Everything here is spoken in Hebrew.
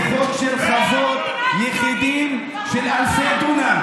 זה חוק של חוות יחידים, זאת מדינה ציונית.